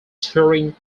touring